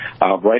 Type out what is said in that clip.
Right